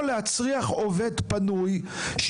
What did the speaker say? להצריך עובד פנוי במקומו,